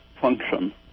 function